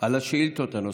על השאילתות הנוספות.